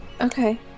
Okay